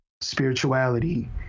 spirituality